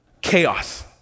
chaos